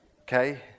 Okay